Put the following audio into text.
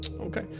okay